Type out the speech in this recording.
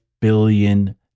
billion